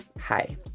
Hi